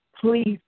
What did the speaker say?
Please